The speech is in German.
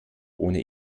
ohne